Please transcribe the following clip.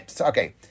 okay